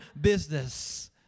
business